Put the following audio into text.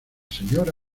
señora